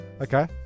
Okay